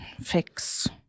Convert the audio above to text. fix